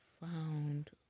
found